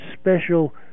special